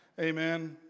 Amen